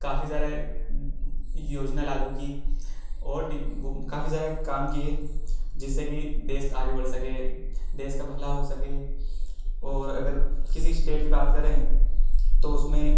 काफ़ी सारे योजना लागू की और काफ़ी सारे काम किए जिससे कि देश आगे बढ़ सके देश का भला हो सके और अगर किसी स्टेट की बात करें तो उसमें